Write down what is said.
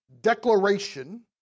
declaration